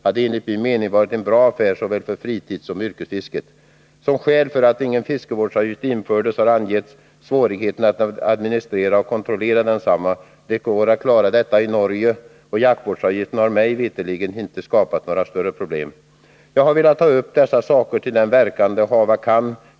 hade enligt min mening varit en bra affär för såväl fritidssom yrkesfiske. Som skäl för att ingen fiskevårdsavgift infördes har angetts svårigheterna att administrera och kontrollera densamma. Det går att klara detta i Norge, och jaktvårdsavgiften har mig veterligt inte skapat några större problem. Jag har velat ta upp dessa saker till den verkan de hava kan.